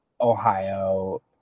ohio